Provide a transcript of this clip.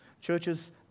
Churches